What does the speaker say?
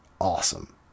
awesome